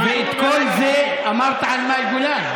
ואת כל זה אמרת על מאי גולן?